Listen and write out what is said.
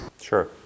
Sure